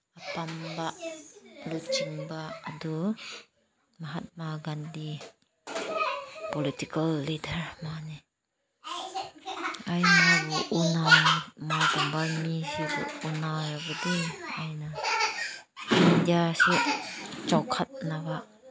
ꯑꯄꯥꯝꯕ ꯂꯨꯆꯤꯡꯕ ꯑꯗꯨ ꯃꯍꯥꯠꯃ ꯒꯥꯟꯙꯤ ꯄꯣꯂꯤꯇꯤꯀꯦꯜ ꯂꯤꯗꯔ ꯃꯥꯅꯦ ꯑꯩꯅꯕꯨ ꯃꯥꯒꯨꯝꯕ ꯃꯤꯁꯤꯕꯨ ꯎꯅꯔꯕꯗꯤ ꯑꯩꯅ ꯏꯟꯗꯤꯌꯥꯁꯤ ꯆꯥꯎꯈꯠꯅꯕ